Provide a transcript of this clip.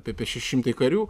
apie šeši šimtai karių